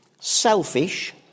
selfish